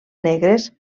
negres